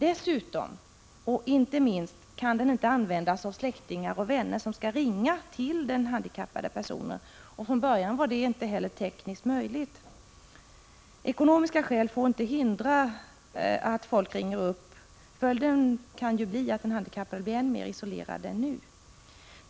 Dessutom, och inte minst, kan texttelefonen inte användas av släktingar och vänner som skall ringa till den handikappade personen. Från början var detta inte heller tekniskt möjligt. Ekonomiska skäl får inte utgöra hinder för människor att ringa upp. Följden kan då bli att den handikappade blir än mera isolerad.